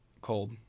cold